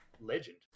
Legend